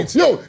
yo